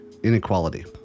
inequality